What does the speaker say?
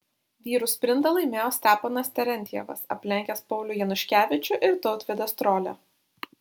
vyrų sprintą laimėjo stepanas terentjevas aplenkęs paulių januškevičių ir tautvydą strolią